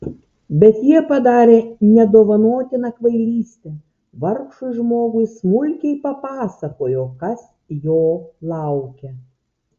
bet jie padarė nedovanotiną kvailystę vargšui žmogui smulkiai papasakojo kas jo laukia